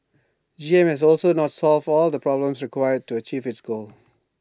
G M has also not solved all the problems required to achieve its goal